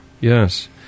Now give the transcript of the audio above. Yes